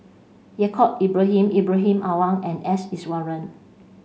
Yaacob Ibrahim Ibrahim Awang and S Iswaran